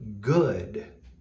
good